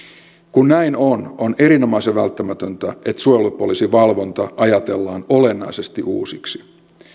kun näin on on erinomaisen välttämätöntä että suojelupoliisin valvonta ajatellaan olennaisesti uusiksi